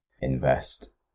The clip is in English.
invest